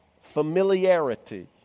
familiarity